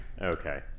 okay